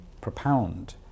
propound